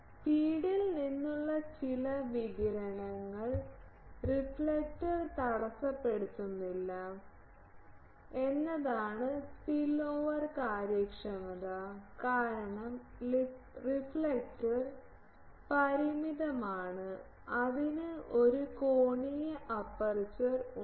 ഫീഡിൽ നിന്നുള്ള ചില വികിരണങ്ങൾ റിഫ്ലക്റ്റർ തടസ്സപ്പെടുത്തുന്നില്ല എന്നതാണ് സ്പില്ലോവർ കാര്യക്ഷമത കാരണം റിഫ്ലക്റ്റർ പരിമിതമാണ് അതിന് ഒരു കോണീയ അപ്പർച്ചർ ഉണ്ട്